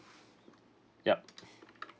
yup